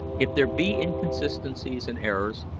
if there be inconsistencies and errors,